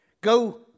go